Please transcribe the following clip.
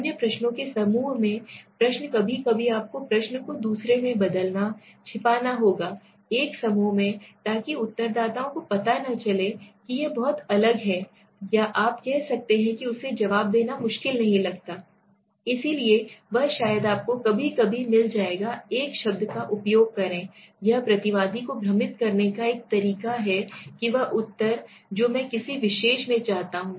अन्य प्रश्नों के समूह में प्रश्न कभी कभी आपको प्रश्न को दूसरे में बदलना छिपाना होगा एक समूह में ताकि उत्तरदाताओं को पता न चले कि यह बहुत अलग है या आप कह सकते हैं उसे जवाब देना मुश्किल नहीं लगता इसलिए वह शायद आपको कभी कभी मिल जाएगा एक शब्द का उपयोग करें यह प्रतिवादी को भ्रमित करने का एक तरीका है कि वह उत्तर जो मैं किसी विशेष से चाहता हूं